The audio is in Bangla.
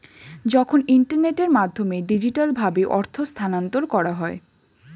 যখন ইন্টারনেটের মাধ্যমে ডিজিটালভাবে অর্থ স্থানান্তর করা হয়